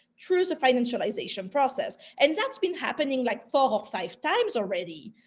through the financialization process. and that's been happening like four or five times already,